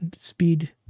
speed